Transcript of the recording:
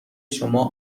شما